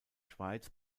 schweiz